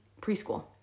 preschool